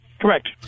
Correct